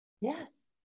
Yes